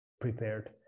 prepared